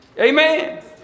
Amen